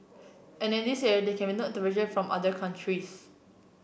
and in this area there can be no from other countries